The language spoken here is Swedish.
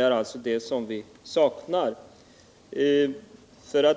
är ett sådant bevis som vi saknar.